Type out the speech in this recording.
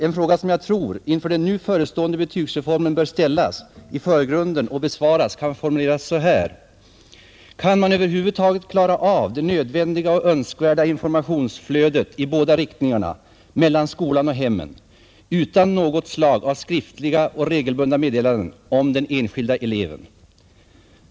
En fråga som jag tror bör ställas i förgrunden inför den nu förestående betygsreformen kan formuleras så här: Kan man över huvud taget klara av det nödvändiga och önskvärda informationsflödet i båda riktningarna mellan skolan och hemmen utan något slag av skriftliga och regelbundna meddelanden om den enskilda eleven?